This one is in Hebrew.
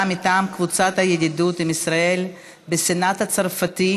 מטעם קבוצת הידידות עם ישראל בסנאט הצרפתי,